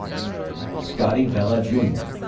scotty vela, jr.